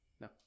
No